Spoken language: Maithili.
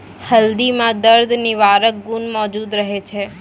हल्दी म दर्द निवारक गुण मौजूद रहै छै